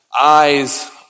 eyes